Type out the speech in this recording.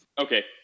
Okay